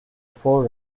four